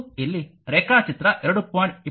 ಮತ್ತು ಇಲ್ಲಿ ರೇಖಾಚಿತ್ರ 2